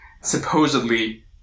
supposedly